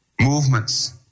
Movements